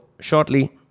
shortly